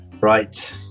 Right